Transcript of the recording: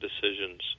decisions